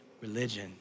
Religion